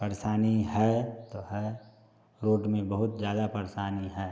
परेशानी है तो है रोड में बहुत ज़्यादा परेशानी है